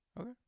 Okay